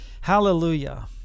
Hallelujah